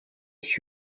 ich